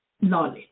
knowledge